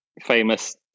famous